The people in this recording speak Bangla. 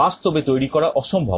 বাস্তবে তৈরি করা অসম্ভব